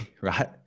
right